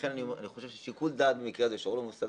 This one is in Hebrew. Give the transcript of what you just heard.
לכן אני חושב ששיקול דעת במקרה הזה של ראש מוסד